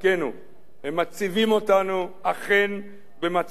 הם מציבים אותנו אכן במצבים קשים,